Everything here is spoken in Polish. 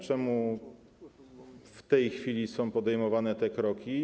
Czemu w tej chwili są podejmowane te kroki?